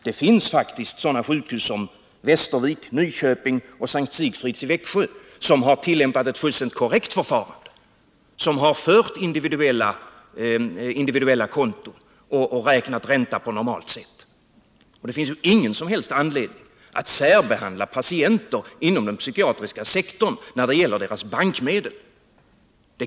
Det finns faktiskt sådana sjukhus — som Västerviks, Nyköpings och Sankt Sigfrids i Växjö — som har tillämpat ett fullständigt korrekt förfarande, som har fört individuella konton och räknat räntan på normalt sätt. Det finns ingen som helst anledning att särbehandla patienter inom den psykiatriska sektorn när det gäller deras bankmedel.